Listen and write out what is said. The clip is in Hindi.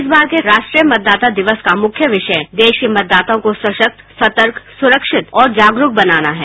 इस बार के राष्ट्रीय मतदाता दिवस का मुख्य विषय देश के मतदाताओं को सशक्त सतर्क सुरक्षित और जागरूक बनाना है